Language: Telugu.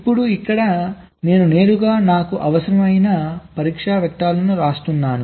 ఇప్పుడు ఇక్కడ నేను నేరుగా నాకు అవసరమైన పరీక్ష వెక్టర్లను వ్రాస్తున్నాను